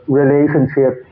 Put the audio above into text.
relationship